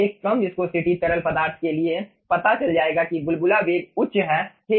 एक कम विस्कोसिटी तरल पदार्थ के लिए पता चल जाएगा कि बुलबुला वेग उच्च है ठीक